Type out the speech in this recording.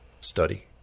study